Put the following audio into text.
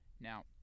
Now